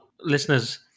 listeners